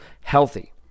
healthy